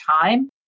time